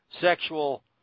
sexual